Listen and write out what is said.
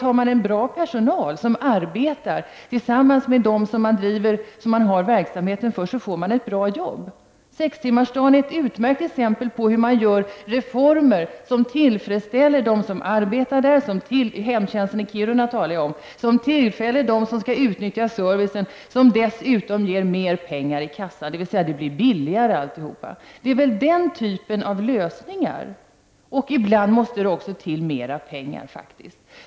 Har man en bra personal som arbetar tillsammans med dem man driver verksamheten för får man ett bra arbete gjort. Sextimmarsdagen är ett utmärkt exempel på hur man skapar reformer som tillfredsställer dem som arbetar -- jag talar om hemtjänsten i Kiruna --, som tillfredsställer dem som skall utnyttja servicen och som dessutom ger mer pengar i kassan, dvs. allt blir billigare. Det är den typen av lösningar och ibland mer pengar som faktiskt måste till.